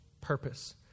purpose